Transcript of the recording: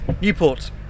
Newport